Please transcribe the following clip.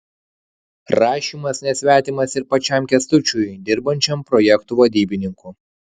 rašymas nesvetimas ir pačiam kęstučiui dirbančiam projektų vadybininku